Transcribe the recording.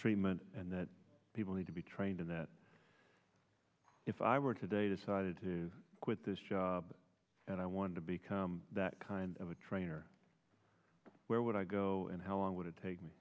treatment and that people need to be trained and that if i were today decided to quit this job and i wanted to become that kind of a trainer where would i go and how long would it take me